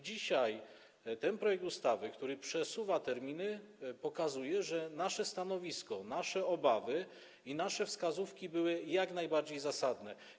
Dzisiaj ten projekt ustawy, w którym przesuwa się terminy, pokazuje, że nasze stanowisko, nasze obawy i nasze wskazówki były jak najbardziej zasadne.